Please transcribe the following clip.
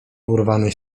urwany